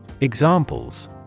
Examples